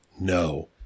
No